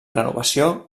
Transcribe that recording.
renovació